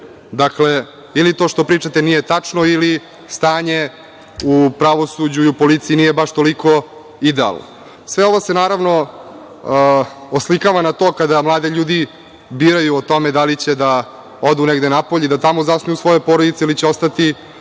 ili to što pričate nije tačno ili stanje u pravosuđu i policiji nije baš toliko idealno. Sve ovo se odslikava kada mladi ljudi biraju da li će da odu negde napolje i da tamo zasnuju svoje porodice ili će ostati